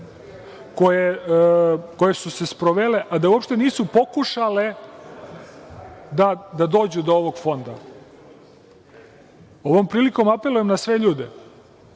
koje su se sprovele, a da uopšte nisu pokušale da dođu do ovog fonda. Ovom prilikom apelujem na sve ljude,